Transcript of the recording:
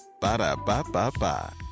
Ba-da-ba-ba-ba